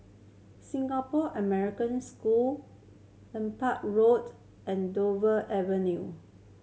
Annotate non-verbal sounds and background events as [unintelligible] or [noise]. Singapore American School [unintelligible] Road and Dover Avenue